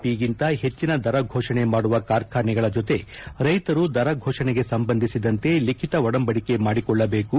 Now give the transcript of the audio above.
ಪಿಗಿಂತ ಹೆಚ್ಚಿನ ದರಘೋಷಣೆ ಮಾಡುವ ಕಾರ್ಖಾನೆಗಳ ಜತೆ ರೈತರು ದರ ಘೋಷಣೆ ಸಂಬಂಧಿಸಿದಂತೆ ಲಿಖಿತ ಒಡಂಬಡಿಕೆ ಮಾಡಿಕೊಳ್ಳಬೇಕು